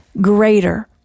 greater